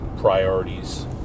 priorities